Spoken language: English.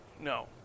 no